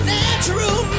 natural